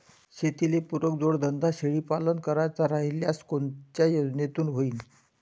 शेतीले पुरक जोडधंदा शेळीपालन करायचा राह्यल्यास कोनच्या योजनेतून होईन?